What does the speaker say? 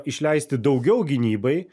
išleisti daugiau gynybai